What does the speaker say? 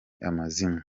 amazimwe